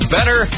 Better